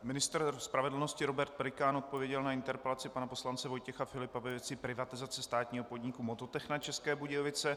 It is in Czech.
Ministr spravedlnosti Robert Pelikán odpověděl na interpelaci pana poslance Vojtěcha Filipa ve věci privatizace státního podniku Mototechna České Budějovice.